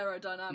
aerodynamics